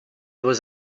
was